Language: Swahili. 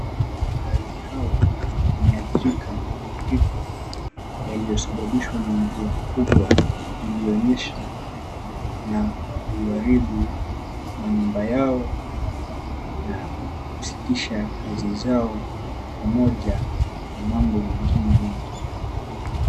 Wakaazi hao wameadhirika na mafuriko yaliyosababishwa na mvua kubwa iliyonyesha na kuharibu manyumba yao na kusitisha kazi zao pamoja na mambo mengine mengi.